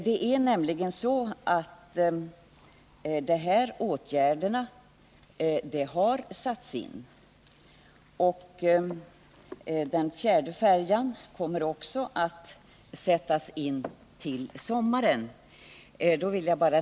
Man kan säga att de redovisade åtgärderna huvudsakligen redan har vidtagits, även om den fjärde färjan kommer att sättas in till sommaren.